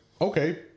okay